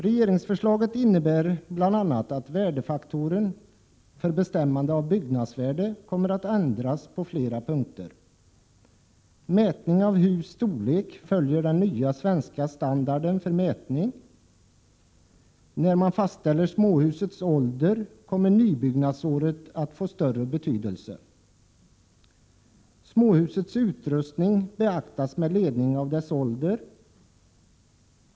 Regeringsförslaget innebär bl.a. att värdefaktorerna för bestämmande av byggnadsvärde kommer att ändras på flera punkter. Mätningen av husets storlek följer den nya svenska standarden för mätning. När man fastställer småhusets ålder kommer nybyggnadsåret att få större betydelse. Småhusets utrustning beaktas med ledning av dess ålder.